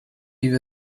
you